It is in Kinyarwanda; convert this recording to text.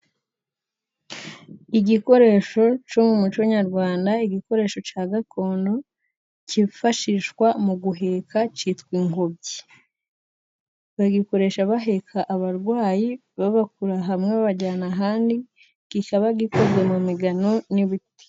Igikoresho cyo mu muco nyarwanda, igikoresho cya gakondo kifashishwa mu guheka cyitwa ingobyi. Bagikoresha baheka abarwayi babakura hamwe babajyana ahandi, kikaba gikozwe mu migano n'ibiti.